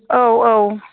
औ औ